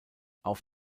auf